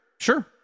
sure